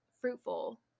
fruitful